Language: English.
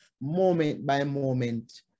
moment-by-moment